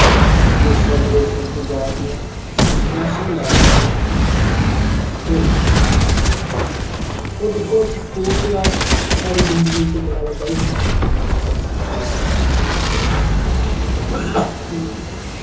देशें बदेशें जा दियां नैशनल लैवल खेढने गी खेढने आस्तै और दिक्खो इस स्पोर्टस दा साढ़ी जिन्दगी च बड़ा बड्डा हिस्सा